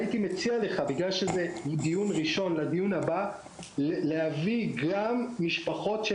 הייתי מציע לך להביא לדיון הבא גם משפחות של